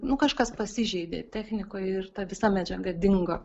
nu kažkas pasižeidė technikoj ir ta visa medžiaga dingo